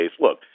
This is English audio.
look